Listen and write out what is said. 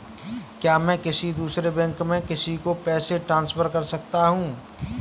क्या मैं किसी दूसरे बैंक से किसी को पैसे ट्रांसफर कर सकता हूँ?